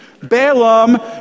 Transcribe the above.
Balaam